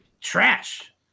trash